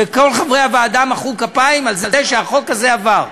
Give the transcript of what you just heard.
וכל חברי הוועדה מחאו כפיים על זה שהחוק הזה עבר.